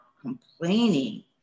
complaining